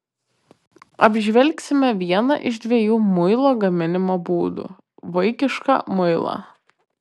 apžvelgsime vieną iš dviejų muilo gaminimo būdų vaikišką muilą